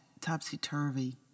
topsy-turvy